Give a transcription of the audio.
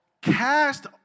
cast